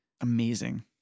Amazing